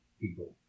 people